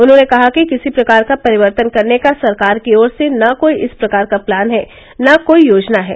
उन्होंने कहा कि किसी प्रकार का परिवर्तन करने का सरकार की ओर से न कोई इस प्रकार का प्लान है न कोई योजना है